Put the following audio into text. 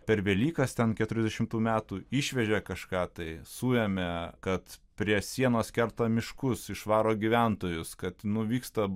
per velykas ten keturiasdešimtų metų išvežė kažką tai suėmė kad prie sienos kerta miškus išvaro gyventojus kad nu vyksta